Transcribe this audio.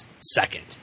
second